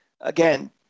again